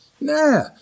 Nah